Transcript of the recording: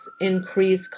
increase